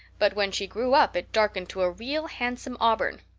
but when she grew up it darkened to a real handsome auburn.